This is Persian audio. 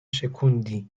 شکوندی